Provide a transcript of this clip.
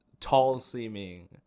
tall-seeming